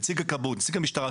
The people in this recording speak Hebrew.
נציג הכבאות,